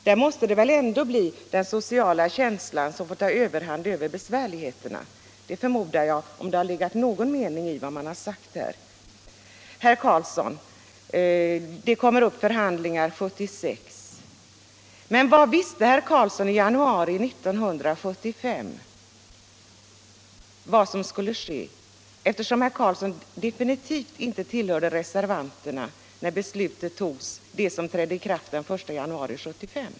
Här måste den sociala känslan väl ändå få ta överhand över besvärligheterna, om det skall ligga någon mening i vad man har sagt här. Ja, herr Carlsson i Vikmanshyttan, det kommer upp förhandlingar 1976 — men vad visste herr Carlsson i januari 1975 om vad som skulle ske? Herr Carlsson tillhörde ju inte reservanterna när det beslut togs som trädde i kraft den 1 januari 1975.